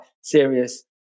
serious